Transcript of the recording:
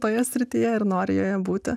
toje srityje ir nori joje būti